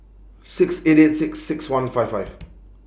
six eight eight six six one five five